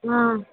आ